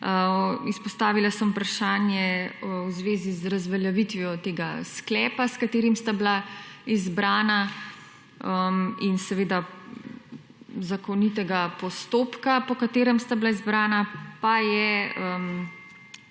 Izpostavila sem vprašanje v zvezi z razveljavitvijo tega sklepa s katerim sta bila izbrana in seveda zakonitega postopka po katerem sta bila izbrana, pa je